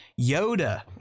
Yoda